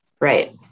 right